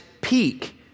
peak